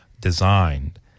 designed